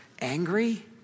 angry